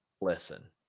Listen